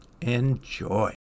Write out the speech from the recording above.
enjoy